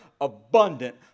abundant